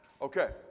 Okay